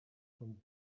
from